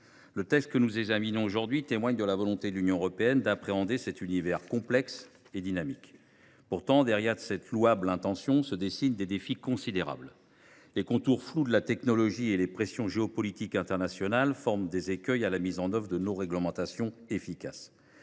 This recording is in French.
Le texte que nous examinons aujourd’hui témoigne de la volonté de l’Union européenne d’appréhender cet univers complexe et dynamique. Pourtant, derrière cette louable intention, se profilent des défis considérables. Les contours flous de la technologie et les pressions géopolitiques internationales constituent des écueils à la mise en œuvre de réglementations efficaces.